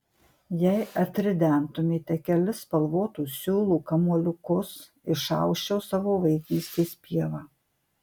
jei atridentumėte kelis spalvotų siūlų kamuoliukus išausčiau savo vaikystės pievą